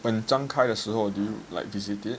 but 刚开的时候 did you like visit it